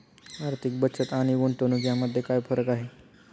आर्थिक बचत आणि गुंतवणूक यामध्ये काय फरक आहे?